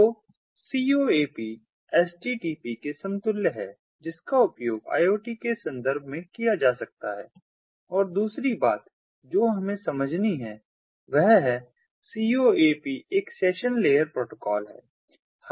तो CoAP HTTP के समतुल्य है जिसका उपयोग IoT के संदर्भ में किया जा सकता है और दूसरी बात जो हमें समझनी है वह है CoAP एक सेशन लेयर प्रोटोकॉल है